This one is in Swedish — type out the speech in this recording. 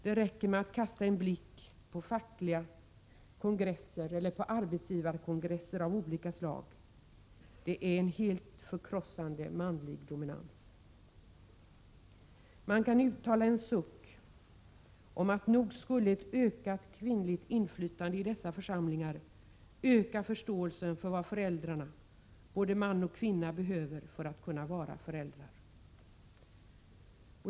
Det räcker med att kasta en blick på fackliga kongresser och arbetsgivarekongresser av olika slag — där råder en helt förkrossande manlig dominans. Man kan uttala en suck om att ett ökat kvinnligt inflytande i dessa församlingar nog skulle öka förståelsen för vad föräldrarna, både man och kvinna, behöver för att kunna vara just föräldrar.